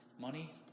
money